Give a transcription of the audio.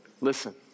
Listen